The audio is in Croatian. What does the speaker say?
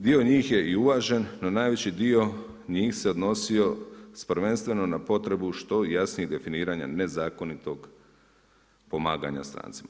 Dio njih je i uvažen, no najveći dio njih se odnosio prvenstveno na potrebu što jasnije definiranja nezakonitog pomaganja strancima.